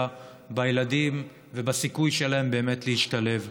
בילדים ובסיכוי שלהם באמת להשתלב.